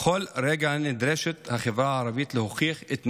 בכל רגע נדרשת החברה הערבית להוכיח את נאמנותה,